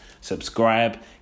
Subscribe